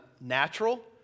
natural